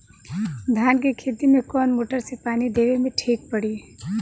धान के खेती मे कवन मोटर से पानी देवे मे ठीक पड़ी?